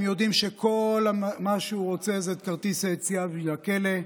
הם יודעים שכל מה שהוא רוצה זה את כרטיס היציאה מן הכלא.